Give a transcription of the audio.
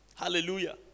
Hallelujah